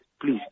Please